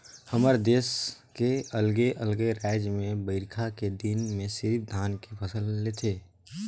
हमर देस के अलगे अलगे रायज में बईरखा के दिन में सिरिफ धान के फसल ले थें